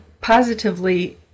positively